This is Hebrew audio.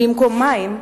במקום מים,